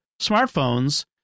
smartphones